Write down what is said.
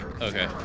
Okay